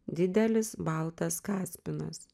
didelis baltas kaspinas